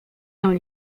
dans